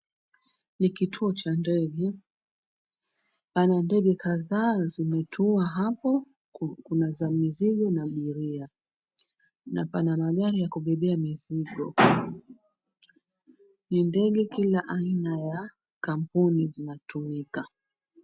Ni kituo cha ndege. Pana ndege kadhaa zimetua hapo ku kuna za mizigo na abiria na pana magari ya kubebea mzigo. Ni ndege kila aina ya kampuni inatumika.